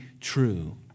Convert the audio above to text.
true